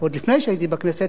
עוד לפני שהייתי בכנסת.